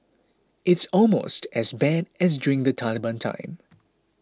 it's almost as bad as during the Taliban time